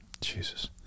Jesus